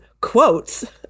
quotes